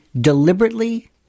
deliberately